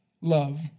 love